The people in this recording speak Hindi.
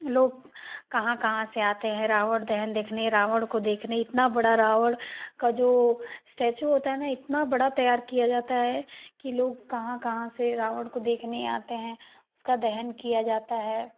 लोग कहाँ कहाँ से आते हैं रावण दहन देखने रावण को देखने इतना बड़ा रावण का जो स्टेचू होता है ना इतना बड़ा तैयार किया जाता है कि लोग कहाँ कहाँ से रावण को देखने आते हैं उसका दहन किया जाता है